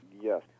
Yes